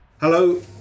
Hello